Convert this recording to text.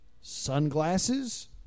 Sunglasses